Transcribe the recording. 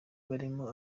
barimo